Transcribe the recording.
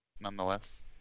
nonetheless